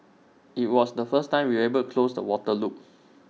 IT was the first time we were able close the water loop